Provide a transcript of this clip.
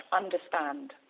understand